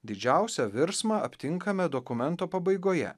didžiausią virsmą aptinkame dokumento pabaigoje